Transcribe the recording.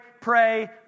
pray